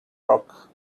rock